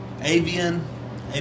Avian